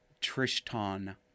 Tristan